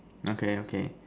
okay okay